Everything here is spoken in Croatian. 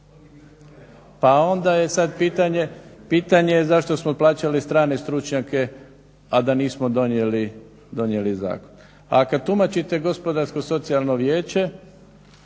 Pa onda je sad pitanje zašto smo plaćali strane stručnjake, a da nismo donijeli zakon. A kad tumačite Gospodarsko-socijalno vijeće